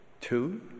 Two